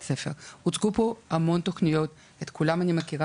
הוצגו פה המון תוכניות ואת כולן אני מכירה.